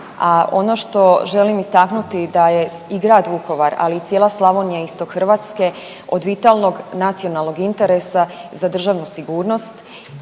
ono što želim istaknuti da je i grad Vukovar, ali i cijela Slavonija i istok Hrvatske od vitalnog nacionalnog interesa za državnu sigurnost.